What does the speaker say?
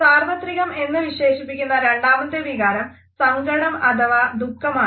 സാർവത്രികം എന്ന് വിശേഷിപ്പിക്കുന്ന രണ്ടാമത്തെ വികാരം സങ്കടം അഥവാ ദുഃഖം ആണ്